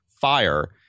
fire